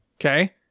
Okay